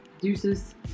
Deuces